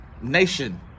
nation